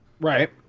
Right